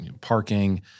parking